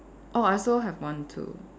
orh I also have one too